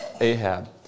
Ahab